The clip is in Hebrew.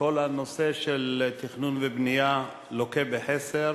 שכל הנושא של תכנון ובנייה לוקה בחסר